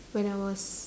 when I was